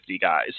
guys